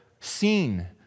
seen